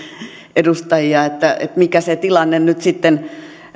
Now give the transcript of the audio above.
edustajia mikä se tilanne nyt